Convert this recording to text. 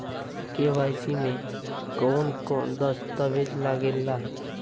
KYC में कवन कवन दस्तावेज लागे ला?